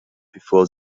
before